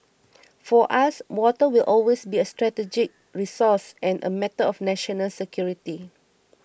for us water will always be a strategic resource and a matter of national security